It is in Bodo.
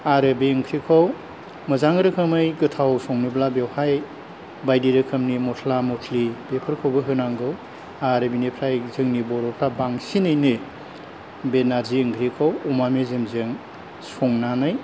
आरो बे ओंख्रिखौ मोजां रोखोमै गोथाव संनोब्ला बेवहाय बायदि रोखोमनि मसला मसलि बेफोरखौबो होनांगौ आरो बिनिफ्राय जोंनि बर'फ्रा बांसिनैनो बे नारजि ओंख्रिखौ अमा मेजेमजों संनानै